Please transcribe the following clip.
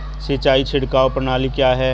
सिंचाई छिड़काव प्रणाली क्या है?